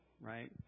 right